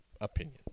opinion